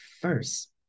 first